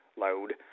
load